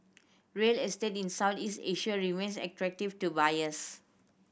real estate Southeast Asia remains attractive to buyers